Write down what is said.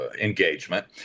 engagement